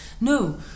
No